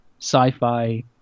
sci-fi